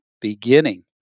beginning